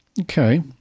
Okay